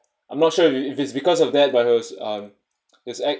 I'm not sure if it's because of that by it was um this